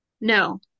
No